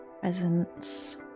presence